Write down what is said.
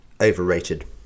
overrated